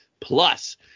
Plus